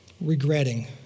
regretting